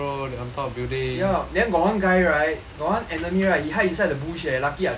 ya then got one guy right got one enemy right he hide inside the bush eh lucky I saw him you know